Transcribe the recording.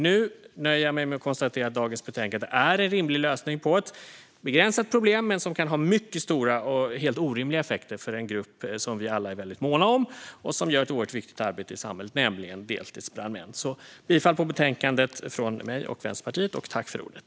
Nu nöjer jag mig med att konstatera att dagens betänkande är en rimlig lösning på ett begränsat problem men som kan ha mycket stora och helt orimliga effekter för en grupp som vi alla är väldigt måna om och som gör ett oerhört viktigt arbete i samhället, nämligen deltidsbrandmän. Jag och Vänsterpartiet yrkar bifall till förslaget i betänkandet.